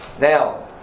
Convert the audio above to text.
Now